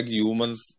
humans